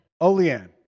Olean